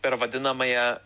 per vadinamąją